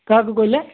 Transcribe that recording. କାହାକୁ କହିଲେ